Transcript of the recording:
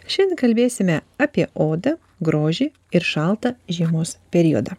šiandien kalbėsime apie odą grožį ir šaltą žiemos periodą